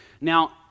Now